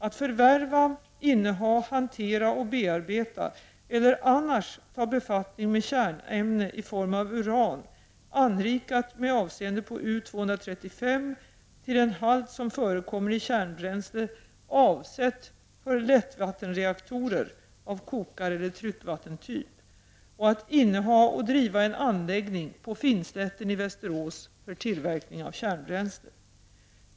att förvärva, inneha, hantera och bearbeta eller annars tawefattning med kärnämne i form av uran anrikat med avseende på U-235 till en halt som förekommer i kärnbränsle avsett för lättvattenreaktorer av kokareller tryckvattentyp, och att inneha och driva en anläggning vid Finnslätten i Västerås för tillverkning av kärnbränsle.